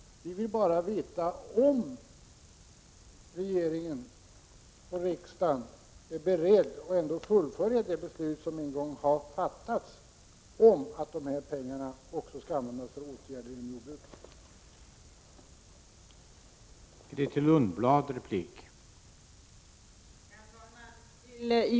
Vi vill bara veta om regeringen och riksdagen är beredda att ändå fullfölja det — Prot. 1986/87:118 beslut som en gång har fattats om att de här pengarna också skall användas 7 maj 1987 för åtgärder inom jordbruket. Miljöock nanavärdi.